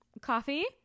coffee